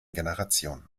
generation